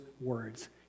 words